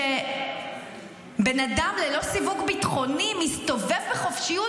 בן אדם ללא סיווג ביטחוני מסתובב בחופשיות